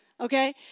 Okay